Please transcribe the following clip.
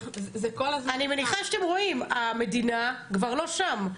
אני מניחה שאתם רואים, המדינה כבר לא שם.